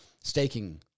staking